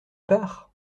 pars